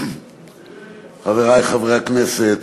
חברי חברי הכנסת,